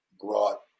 brought